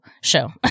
show